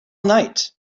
night